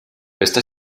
està